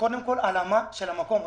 קודם כול על הלאמה של המקום.